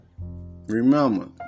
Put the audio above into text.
Remember